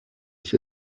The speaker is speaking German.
ich